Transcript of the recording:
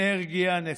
גיסא, אנרגיה נפיצה.